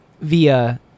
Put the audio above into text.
via